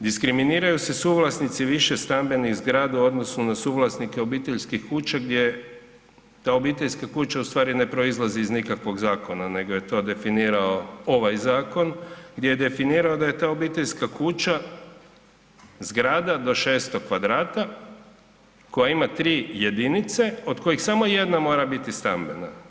Diskriminiraju se suvlasnici višestambenih zgrada u odnosu na suvlasnike obiteljskih kuća gdje, da obiteljske kuće u stvari ne proizlaze iz nikakvog zakona nego je to definirao ovaj zakon, gdje je definirao da je ta obiteljska kuća zgrada do 600 m2 koja ima 3 jedinice od kojih samo jedna mora biti stambena.